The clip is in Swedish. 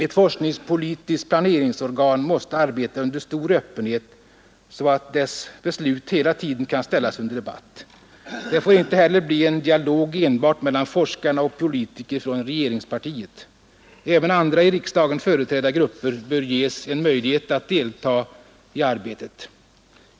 Ett forskningspolitiskt planeringsorgan måste arbeta under stor öppenhet, så att dess beslut hela tiden kan ställas under debatt. Det får inte heller bli en dialog enbart mellan forskarna och politiker från regeringspartiet. Även andra i riksdagen företrädda grupper bör ges en möjlighet att delta i arbetet.